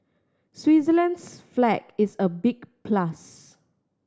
Switzerland's flag is a big plus